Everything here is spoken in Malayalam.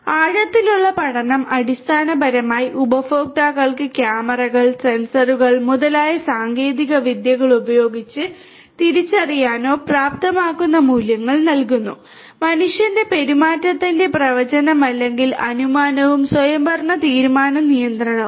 അതിനാൽ ആഴത്തിലുള്ള പഠനം അടിസ്ഥാനപരമായി ഉപഭോക്താക്കൾക്ക് ക്യാമറകൾ സെൻസറുകൾ മുതലായ സാങ്കേതികവിദ്യകൾ ഉപയോഗിച്ച് തിരിച്ചറിയാനോ പ്രാപ്തമാക്കുന്ന മൂല്യങ്ങൾ നൽകുന്നു മനുഷ്യന്റെ പെരുമാറ്റത്തിന്റെ പ്രവചനം അല്ലെങ്കിൽ അനുമാനവും സ്വയംഭരണ തീരുമാന നിയന്ത്രണവും